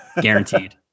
guaranteed